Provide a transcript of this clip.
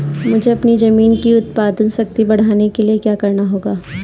मुझे अपनी ज़मीन की उत्पादन शक्ति बढ़ाने के लिए क्या करना होगा?